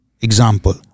example